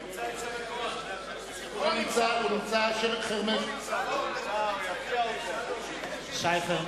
(קורא בשמות חברי הכנסת) שי חרמש,